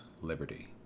liberty